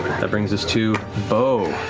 that brings us to beau.